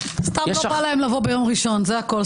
סתם לא בא להם לבוא ביום ראשון, זה הכול.